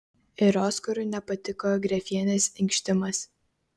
ir oskarui nepatiko grefienės inkštimas